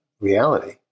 reality